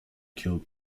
killed